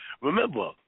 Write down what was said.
remember